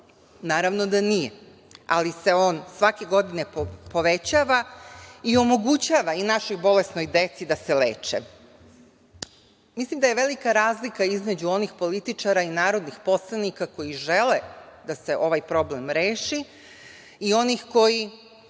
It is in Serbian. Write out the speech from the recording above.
Naravno da nije, ali se on svake godine povećava i omogućava i našoj bolesnoj deci da se leče. Mislim da je velika razlika između onih političara i narodnih poslanika koji žele da se ovaj problem reši i onih kojih